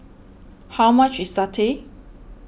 how much is Satay